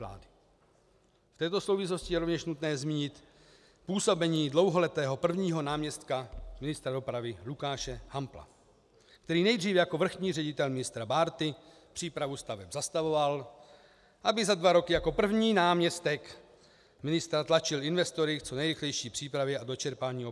V této souvislosti je rovněž nutné zmínit působení dlouholetého prvního náměstka ministra dopravy Lukáše Hampla, který nejdříve jako vrchní ředitel ministra Bárty přípravu staveb zastavoval, aby za dva roky jako první náměstek ministra tlačil investory k co nejrychlejší přípravě a dočerpání OPD.